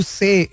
say